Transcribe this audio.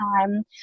time